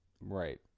Right